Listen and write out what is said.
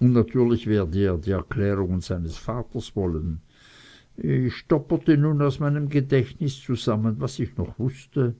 und natürlich werde er die erklärungen seines vaters wollen ich stoppelte nun aus meinem gedächtnis zusammen was ich noch wußte